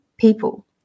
people